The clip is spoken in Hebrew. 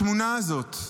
התמונה הזאת,